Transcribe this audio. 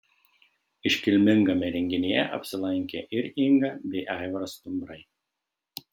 iškilmingame renginyje apsilankė ir inga bei aivaras stumbrai